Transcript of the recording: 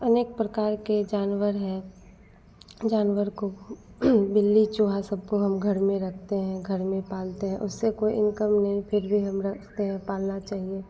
अनेक प्रकार के जानवर हैं जानवर को बिल्ली चूहा सबको हम घर में रखते है घर में पालते हैं उससे कोई इनकम नहीं फ़िर भी हम रखते हैं पालना चाहिए